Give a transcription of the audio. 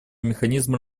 механизма